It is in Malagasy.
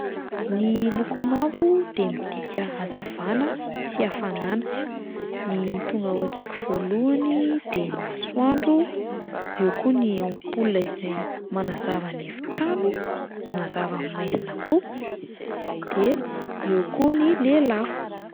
Ny loko mavo de midika hazavana sy hafanana, ny tonga ao an-tsaiko voalohany de ny masoandro, eo koa ny ampola izay manazava ny efitrano, manazava ny maizina koa, de eo koa ny lela afo.